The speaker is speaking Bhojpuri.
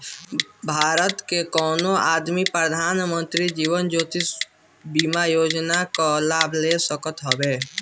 भारत के कवनो आदमी प्रधानमंत्री जीवन ज्योति बीमा योजना कअ लाभ ले सकत हवे